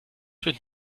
mit